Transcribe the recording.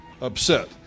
upset